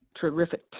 terrific